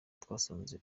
twasanze